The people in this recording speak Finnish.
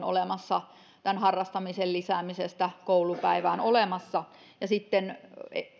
olemassa harrastamisen lisäämisestä koulupäivään ja sitten